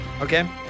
Okay